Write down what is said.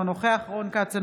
אינו נוכח רון כץ,